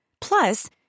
Plus